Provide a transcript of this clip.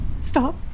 Stop